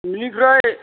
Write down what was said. बेनिफ्राय